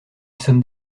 sommes